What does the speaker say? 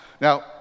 Now